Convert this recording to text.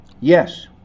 Yes